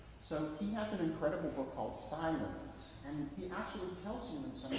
so he has an incredible book called silence and he actually tells you